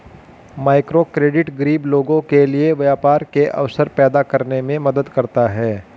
microcredit गरीब लोगों के लिए व्यापार के अवसर पैदा करने में मदद करता है